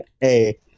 Hey